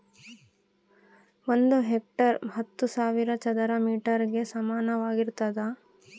ಒಂದು ಹೆಕ್ಟೇರ್ ಹತ್ತು ಸಾವಿರ ಚದರ ಮೇಟರ್ ಗೆ ಸಮಾನವಾಗಿರ್ತದ